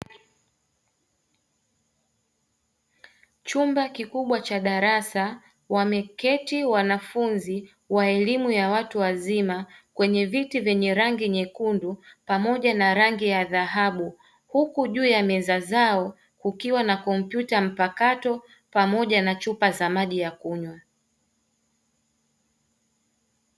Chumba kikubwa cha darasa, wameketi wanafunzi wa elimu ya watu wazima kwenye viti vyenye rangi nyekundu pamoja na rangi ya dhahabu. Huku juu ya meza zao kukiwa na kompyuta mpakato, pamoja na chupa za maji ya kunywa.